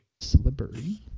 Slippery